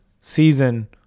season